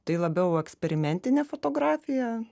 tai labiau eksperimentinė fotografija